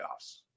playoffs